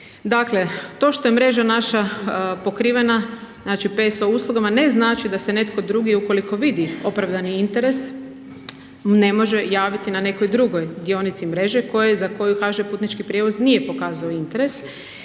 Dakle, to što je mreža naša pokrivena, znači PSO uslugama, ne znači da se netko drugi ukoliko vidi opravdani interes ne može javiti na nekoj drugoj dionici mreže koje, za koju HŽ Putnički prijevoz nije pokazao interes